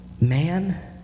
Man